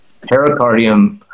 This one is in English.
pericardium